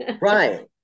right